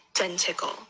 identical